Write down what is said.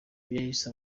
yahise